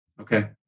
Okay